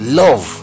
love